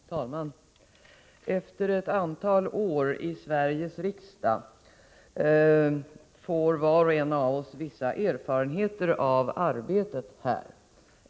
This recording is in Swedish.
Herr talman! Efter ett antal år i Sveriges riksdag får var och en av oss vissa erfarenheter av arbetet här.